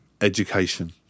Education